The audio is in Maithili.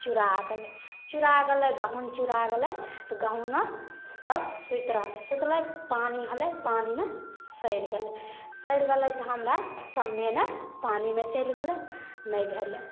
चुड़ा गेलै चुड़ा गेलै गहूम चुड़ा गेलै तऽ गहूम ने सब सुति रहलै सुतलै पानि होलै पानिमे सड़ि गेलै सड़ि गेलै तऽ हमरा सब मेहनति पानिमे चलि गेलै नहि भेलै